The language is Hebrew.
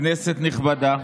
כנסת נכבדה.